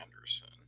Anderson